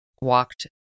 walked